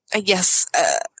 yes